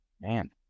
man